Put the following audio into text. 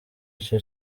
icyo